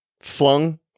flung